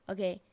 Okay